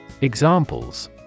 Examples